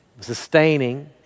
Sustaining